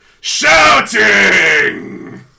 Shouting